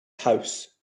house